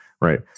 right